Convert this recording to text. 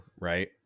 right